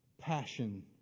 passion